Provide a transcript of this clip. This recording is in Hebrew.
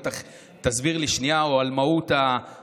בטח תסביר לי שנייה על מהות השיעור